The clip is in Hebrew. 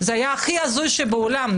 זה היה הכי הזוי בעולם.